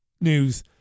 news